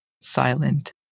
silent